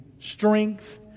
strength